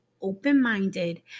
open-minded